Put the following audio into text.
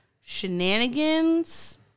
shenanigans